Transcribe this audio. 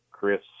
Chris